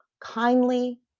kindly